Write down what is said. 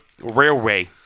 railway